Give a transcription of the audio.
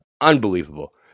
unbelievable